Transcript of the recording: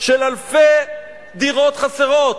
של אלפי דירות חסרות.